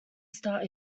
start